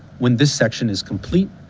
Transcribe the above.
when this section is complete,